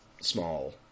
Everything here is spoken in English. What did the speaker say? small